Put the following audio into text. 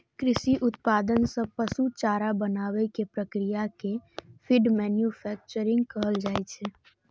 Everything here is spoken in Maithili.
कृषि उत्पाद सं पशु चारा बनाबै के प्रक्रिया कें फीड मैन्यूफैक्चरिंग कहल जाइ छै